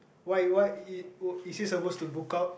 why why is is he supposed to book out